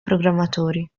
programmatori